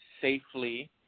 safely